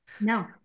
no